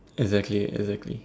exactly exactly